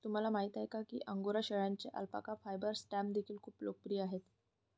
तुम्हाला माहिती आहे का अंगोरा शेळ्यांचे अल्पाका फायबर स्टॅम्प देखील खूप लोकप्रिय आहेत